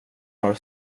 har